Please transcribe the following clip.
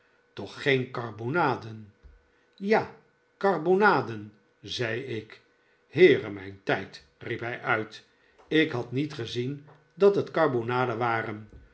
toch geen karbonaden ja karbonaden zei ik heere mijn tijd riep hij uit ik had niet gezien dat het karbonaden waren